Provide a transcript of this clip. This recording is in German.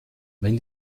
wenn